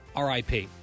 RIP